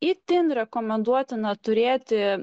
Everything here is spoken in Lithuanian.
itin rekomenduotina turėti